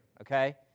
okay